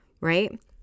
Right